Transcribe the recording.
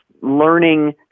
learning